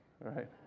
right